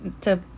To-